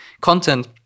content